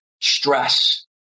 Stress